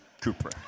Cooper